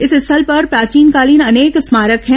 इस स्थल पर प्राचीन कालीन अनेक स्मारक है